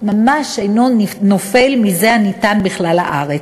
ממש אינו נופל מזה הניתן בכלל הארץ.